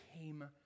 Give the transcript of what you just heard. came